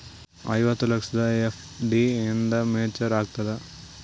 ಐವತ್ತು ಲಕ್ಷದ ಎಫ್.ಡಿ ಎಂದ ಮೇಚುರ್ ಆಗತದ?